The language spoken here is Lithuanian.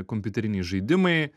kompiuteriniai žaidimai